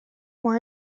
more